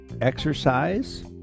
exercise